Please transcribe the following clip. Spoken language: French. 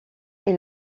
est